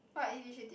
what initiative